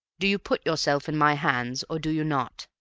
do you put yourself in my hands or do you not?